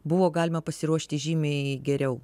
buvo galima pasiruošti žymiai geriau